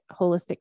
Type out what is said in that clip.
Holistic